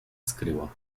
skryła